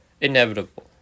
inevitable